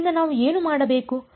ಆದ್ದರಿಂದ ನಾವು ಏನು ಮಾಡಬೇಕು